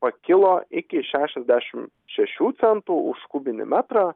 pakilo iki šešiasdešimt šešių centų už kubinį metrą